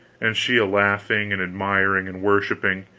and she a-laughing and admiring and worshipping,